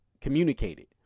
communicated